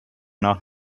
nach